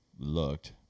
looked